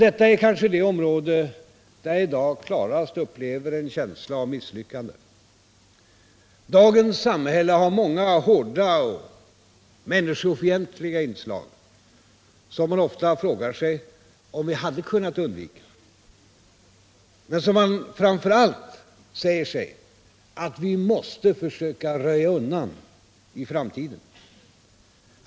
Detta är kanske det område där jag i dag klarast upplever en känsla av misslyckande. Dagens samhälle har många hårda och människofientliga inslag, som man ofta frågar sig om vi hade kunnat undvika, men som man framför allt säger sig att vi måste försöka röja undan i framtiden.